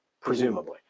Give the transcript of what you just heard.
Presumably